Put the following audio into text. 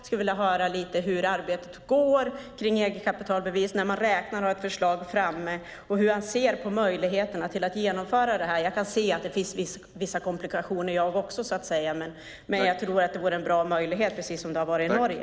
Jag skulle vilja veta hur arbetet går när det gäller egenkapitalbevis, när han räknar med att kunna lägga fram ett förslag och hur han ser på möjligheterna att genomföra detta. Jag kan också se att det finns vissa komplikationer. Men jag tror att detta skulle vara en bra möjlighet, precis som det har varit i Norge.